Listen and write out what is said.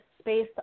space